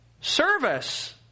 service